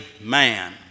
man